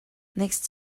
next